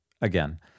again